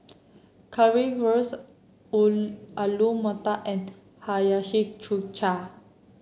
Currywurst Alu Matar and Hiyashi Chuka